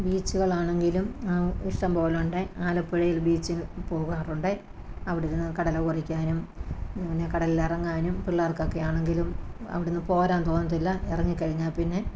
ബീച്ചുകളാണെങ്കിലും ഇഷ്ടം പോലുണ്ട് ആലപ്പുഴയിൽ ബീച്ചിൽ പോകാറുണ്ട് അവിടിരുന്ന് കടല കൊറിക്കാനും ഇങ്ങനെ കടലിലിറങ്ങാനും പിള്ളേർക്കൊക്കെ ആണെങ്കിലും അവിടുന്ന് പോരാൻ തോന്നത്തില്ല ഇറങ്ങിക്കഴിഞ്ഞാല്പ്പിന്നെ